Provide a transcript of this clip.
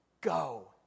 go